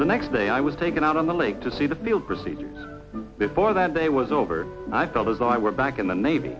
the next day i was taken out on the lake to see the field procedure before that day was over i felt as though i were back in the navy